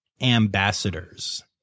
ambassadors